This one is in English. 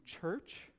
church